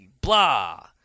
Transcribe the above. blah